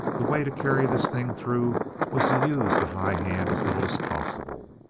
the way to carry this thing through was to use the high hand as little as possible.